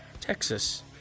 Texas